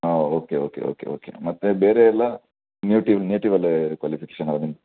ಹಾಂ okay okay okay okay ಮತ್ತೆ ಬೇರೆ ಎಲ್ಲ ನೇಟಿವ್ ನೇಟಿವಲ್ಲೇ ಕ್ವಾಲಿಫಿಕೇಷನ್ನಾ ನಿಮ್